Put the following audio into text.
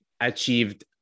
achieved